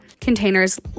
containers